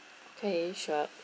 okay sure